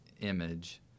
image